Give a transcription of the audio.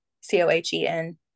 C-O-H-E-N